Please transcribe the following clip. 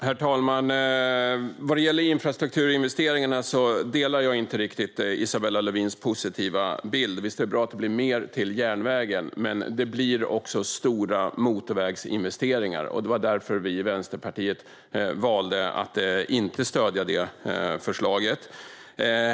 Herr talman! När det gäller infrastrukturinvesteringarna delar jag inte riktigt Isabella Lövins positiva bild. Visst är det bra att det blir mer till järnvägen, men det blir också stora motorvägsinvesteringar. Det var därför som vi i Vänsterpartiet valde att inte stödja det förslaget.